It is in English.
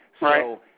Right